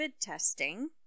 testing